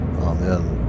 Amen